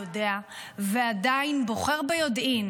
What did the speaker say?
יודע ועדיין בוחר ביודעין